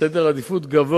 אבל יש גם מקומות אחרים.